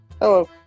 Hello